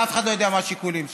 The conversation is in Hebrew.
ואף אחד לא יודע מה השיקולים שלו.